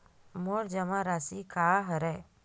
मोर जमा राशि का हरय?